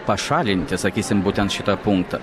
pašalinti sakysim būtent šitą punktą